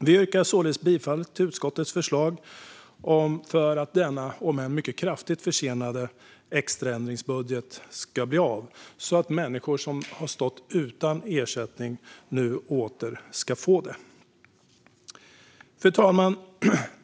Vi yrkar således bifall till utskottets förslag för att denna om än mycket kraftigt försenade extraändringsbudget ska bli av, så att människor som stått utan ersättning nu åter ska få den. Fru talman!